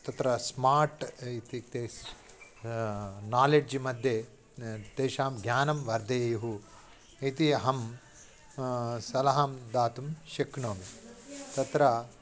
तत्र स्मार्ट् इत्युक्ते नालेड्ज् मध्ये तेषां ज्ञानं वर्धेयुः इति अहं सलहं दातुं शक्नोमि तत्र